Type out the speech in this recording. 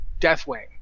deathwing